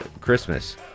Christmas